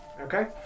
Okay